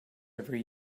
every